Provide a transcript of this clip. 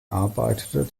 arbeitete